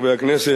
חברי הכנסת,